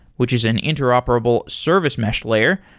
which is an interoperable service mesh layer,